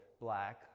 black